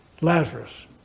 Lazarus